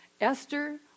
Esther